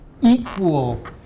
equal